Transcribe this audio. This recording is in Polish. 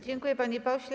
Dziękuję, panie pośle.